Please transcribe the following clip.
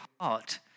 heart